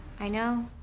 i know.